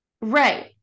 Right